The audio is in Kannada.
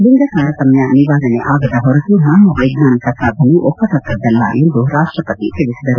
ಲಿಂಗ ತಾರತಮ್ಯ ನಿವಾರಣೆಯಾಗದ ಹೊರತು ನಮ್ಮ ವೈಜ್ಞಾನಿಕ ಸಾಧನೆ ಒಪ್ಪತಕ್ಕದ್ದಲ್ಲ ಎಂದು ರಾಷ್ಟ ಪತಿ ತಿಳಿಸಿದರು